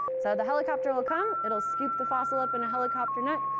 so the helicopter will come. it'll scoop the fossil up in a helicopter net.